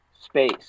space